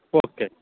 okay